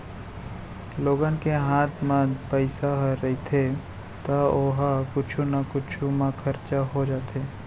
लोगन के हात म पइसा ह रहिथे त ओ ह कुछु न कुछु म खरचा हो जाथे